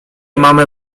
mamy